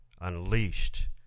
unleashed